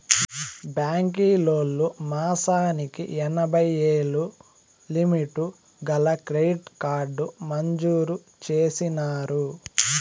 బాంకీలోల్లు మాసానికి ఎనభైయ్యేలు లిమిటు గల క్రెడిట్ కార్డు మంజూరు చేసినారు